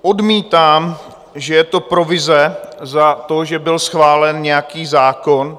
Odmítám, že je to provize za to, že byl schválen nějaký zákon.